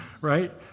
right